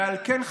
ועל כן,